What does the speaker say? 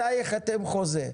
מתי ייחתם חוזה?